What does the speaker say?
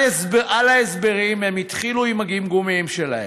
על ההסברים, הם התחילו עם הגמגומים שלהם.